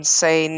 say